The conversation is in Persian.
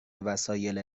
وسایل